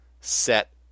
set